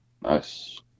nice